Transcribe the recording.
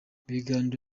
ibiganiro